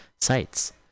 sites